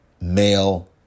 male